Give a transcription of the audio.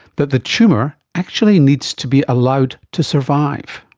that the tumour actually needs to be allowed to survive.